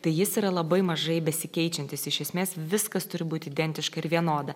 tai jis yra labai mažai besikeičiantis iš esmės viskas turi būt identiška ir vienoda